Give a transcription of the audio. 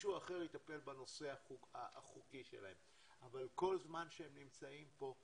מישהו אחר יטפל בנושא החוקי שלהם אבל כל זמן שהם נמצאים פה,